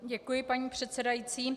Děkuji, paní předsedající.